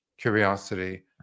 curiosity